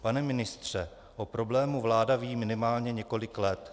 Pane ministře, o problému vláda ví minimálně několik let.